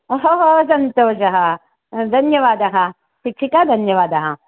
सन्तोषः धन्यवादः शिक्षिके धन्यवादः